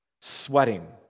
Sweating